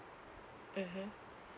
mmhmm